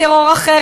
טרור אחר,